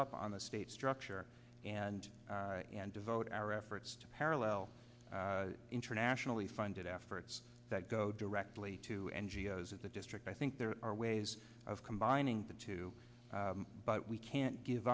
up on the state structure and and devote our efforts to parallel internationally funded efforts that go directly to n g o s at the district i think there are ways of combining the two but we can't give